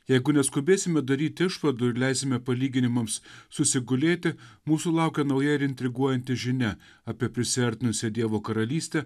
jeigu neskubėsime daryti išvadų ir leisime palyginimams susigulėti mūsų laukia nauja ir intriguojanti žinia apie prisiartinusią dievo karalystę